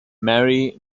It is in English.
mary